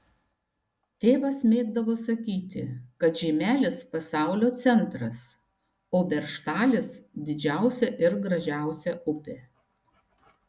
tėvas mėgdavo sakyti kad žeimelis pasaulio centras o beržtalis didžiausia ir gražiausia upė